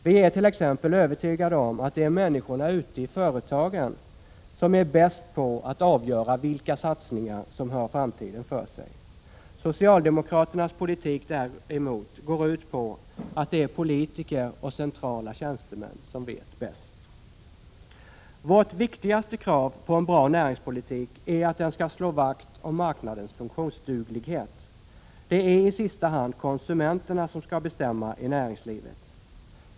Vi är t.ex. övertygade om att det är människorna ute i företagen som är bäst på att avgöra vilka satsningar som har framtiden för sig. Socialdemokraternas politik däremot går ut på att det är politiker. och centrala tjänstemän som vet bäst. Vårt viktigaste krav på en bra näringspolitik är att den skall slå vakt om marknadens funktionsduglighet. Det är i sista hand konsumenterna som skall 19 bestämma i näringslivet.